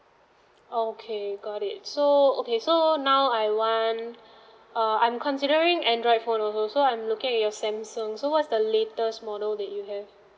okay got it so okay so now I want uh I'm considering android phone also so I'm looking at your samsung so what's the latest model that you have